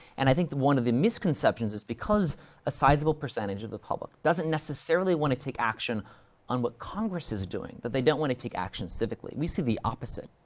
and i think one of the misconceptions is, because a sizable percentage of the public doesn't necessarily want to take action on what congress is doing, that they don't want to take action civically. we see the opposite.